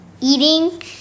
Eating